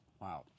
Wow